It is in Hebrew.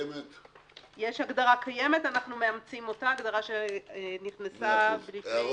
יש הגדרה קיימת אנחנו מאמצים אותה; הגדרה שנכנסה לפני כשנה.